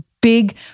big